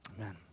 Amen